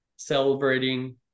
celebrating